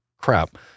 crap